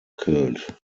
killed